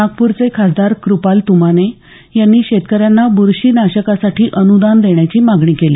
नागपूरचे खासदार कूपाल तुमाने यांनी शेतकऱ्यांना ब्रशीनाशकासाठी अनुदान देण्याची मागणी केली